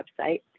website